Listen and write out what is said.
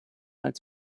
als